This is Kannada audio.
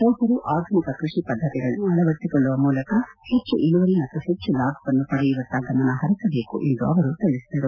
ರೈತರು ಆಧುನಿಕ ಕೃಷಿ ಪದ್ದತಿಗಳನ್ನು ಆಳವಡಿಸೊಳ್ಳುವ ಮೂಲಕ ಹೆಚ್ಚು ಇಳುವರಿ ಮತ್ತು ಹೆಚ್ಚು ಲಾಭವನ್ನು ಪಡೆಯುವತ್ತ ಗಮನ ಪರಿಸಬೇಕು ಎಂದು ಅವರು ತಿಳಿಸಿದರು